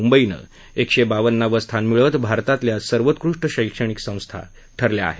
मुंबईनं एकशे बावन्नावं स्थान मिळवत भारतातल्या सर्वोकृष्ट शैक्षणिक संस्था ठरल्या आहे